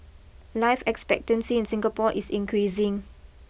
life expectancy in Singapore is increasing